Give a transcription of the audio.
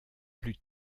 plus